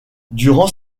durant